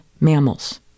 mammals